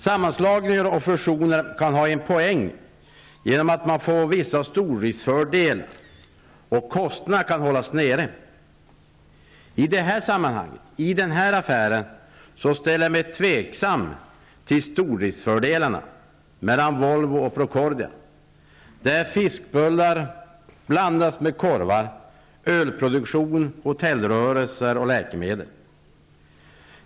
Sammanslagningar och fusioner kan ha en poäng genom att man får vissa stordriftsfördelar och att kostnaderna kan hållas nere. I det här sammanhanget, i affären mellan Volvo och Procordia, ställer jag mig tveksam till stordriftsfördelarna: fiskbullstillverkning blandas med korvproduktion, ölproduktion, hotellrörelser och läkemedelsproduktion.